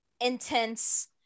intense